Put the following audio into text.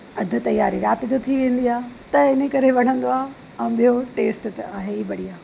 अधु तयारी राति जो थी वेंदी आहे त हिन करे वणंदो आहे ऐं ॿियों टेस्ट त आहे ई बढ़िया